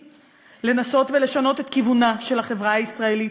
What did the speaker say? לנסות ולשנות את כיוונה של החברה הישראלית,